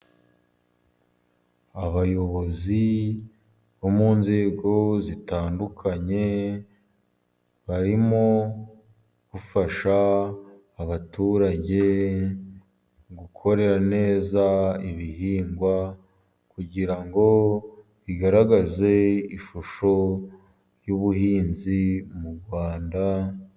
Abayobozi bo mu nzego zitandukanye, barimo gufasha abaturage gukorera neza ibihingwa, kugira ngo bigaragaze ishusho y'ubuhinzi mu Rwanda.